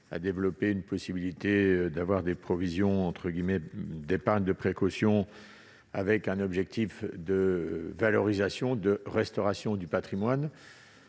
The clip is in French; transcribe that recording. à développer la possibilité d'instaurer des provisions d'épargne de précaution, avec un objectif de valorisation et de restauration du patrimoine.